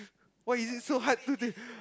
why is it so hard to just